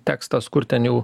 tekstas kur ten jau